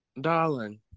darling